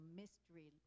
mystery